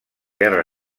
guerra